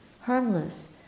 harmless